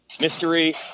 mystery